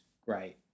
great